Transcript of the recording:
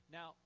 Now